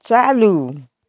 चालू